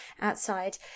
outside